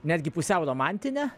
netgi pusiau romantinė